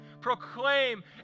Proclaim